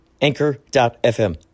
Anchor.fm